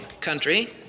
country